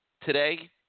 today